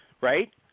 right